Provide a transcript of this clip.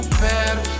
better